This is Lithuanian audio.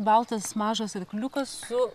baltas mažas arkliukas su